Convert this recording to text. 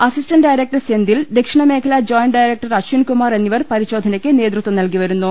assistant director Senthil ദക്ഷിണ മേഖല joint director Ashwinkumar എന്നിവർ പരിശോധ നയ്ക്ക് നേതൃത്വം നൽകിവരുന്നു